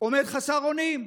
עומד חסר אונים.